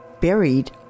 buried